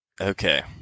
Okay